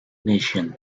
nations